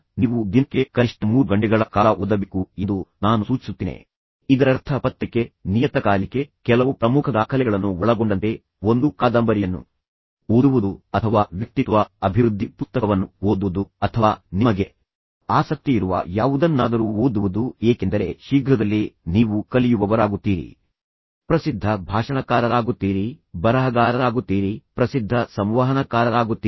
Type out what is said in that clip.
ಆದ್ದರಿಂದ ನೀವು ದಿನಕ್ಕೆ ಕನಿಷ್ಠ 3 ಗಂಟೆಗಳ ಕಾಲ ಓದಬೇಕು ಎಂದು ನಾನು ಸೂಚಿಸುತ್ತೇನೆ ಇದರರ್ಥ ಪತ್ರಿಕೆ ನಿಯತಕಾಲಿಕೆ ಕೆಲವು ಪ್ರಮುಖ ದಾಖಲೆಗಳನ್ನು ಒಳಗೊಂಡಂತೆ ಒಂದು ಕಾದಂಬರಿಯನ್ನು ಓದುವುದು ಅಥವಾ ವ್ಯಕ್ತಿತ್ವ ಅಭಿವೃದ್ಧಿ ಪುಸ್ತಕವನ್ನು ಓದುವುದು ಅಥವಾ ನಿಮಗೆ ಆಸಕ್ತಿಯಿರುವ ಯಾವುದನ್ನಾದರೂ ಓದುವುದು ಏಕೆಂದರೆ ಶೀಘ್ರದಲ್ಲೇ ನೀವು ಕಲಿಯುವವರಾಗುತ್ತೀರಿ ನೀವು ವಿದ್ವಾಂಸರಾಗುತ್ತೀರಿ ನೀವು ಪ್ರಸಿದ್ಧ ಭಾಷಣಕಾರರಾಗುತ್ತೀರಿ ನೀವು ಪ್ರಸಿದ್ಧ ಬರಹಗಾರರಾಗುತ್ತೀರಿ ನೀವು ಪ್ರಸಿದ್ಧ ಸಂವಹನಕಾರರಾಗುತ್ತೀರಿ